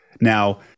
Now